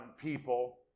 people